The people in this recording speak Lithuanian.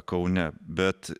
kaune bet